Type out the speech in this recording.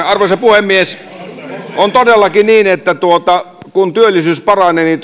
arvoisa puhemies on todellakin niin että silloin kun työllisyys paranee niin